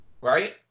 right